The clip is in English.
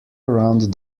around